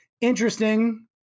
Interesting